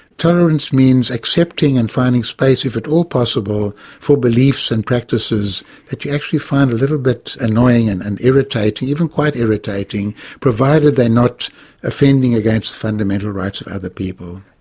tolerance means accepting and finding space if at all possible for beliefs and practices that you actually find a little bit annoying and and irritating, even quite irritating, provided they're not offending against the fundamental rights of other people.